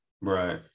Right